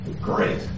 great